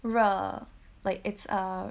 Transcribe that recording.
热 like it's err